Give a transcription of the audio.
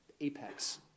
apex